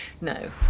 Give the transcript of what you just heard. no